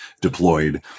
deployed